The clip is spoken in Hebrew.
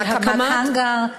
הקמת האנגר?